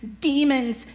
demons